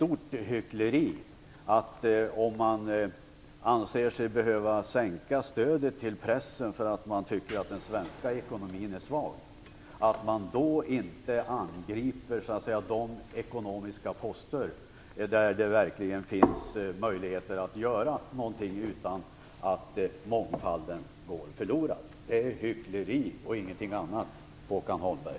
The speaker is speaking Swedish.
Om man anser sig behöva sänka stödet till pressen för att man tycker att den svenska ekonomin är svag är det ett stort hyckleri att man inte angriper de ekonomiska poster där det verkligen finns möjligheter att göra någonting utan att mångfalden går förlorad. Det är hyckleri och ingenting annat, Håkan Holmberg.